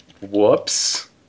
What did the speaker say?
Whoops